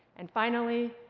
and finally,